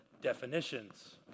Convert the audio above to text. definitions